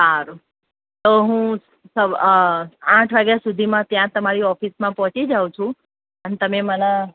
સારું તો હું સવ આઠ વાગ્યા સુધીમાં ત્યાં તમારી ઓફિસમાં પહોંચી જાઉં છું અને તમે મને